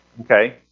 Okay